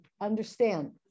understand